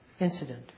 incident